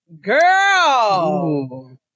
Girl